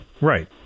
Right